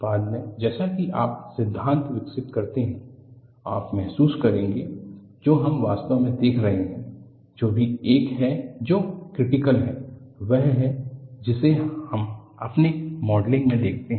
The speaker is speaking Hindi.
बाद में जैसा कि आप सिद्धांत विकसित करते हैं आप महसूस करेंगे जो हम वास्तव में देख रहे हैं जो भी एक है जो क्रिटिकल है वह है जिसे हम अपने मॉडलिंग में देखते हैं